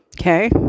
Okay